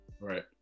Right